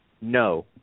no